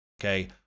Okay